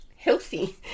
healthy